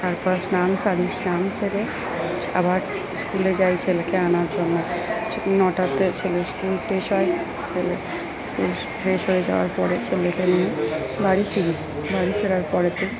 তারপরে স্নান সারি স্নান সেরে আবার স্কুলে যাই ছেলেকে আনার জন্য নটাতে ছেলের স্কুল শেষ হয় স্কুল শেষ হয়ে যাওয়ার পরে ছেলেকে নিয়ে বাড়ি ফিরি বাড়ি ফেরার পরেতে